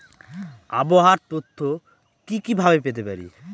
আবহাওয়ার তথ্য কি কি ভাবে পেতে পারি?